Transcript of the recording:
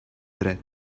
dret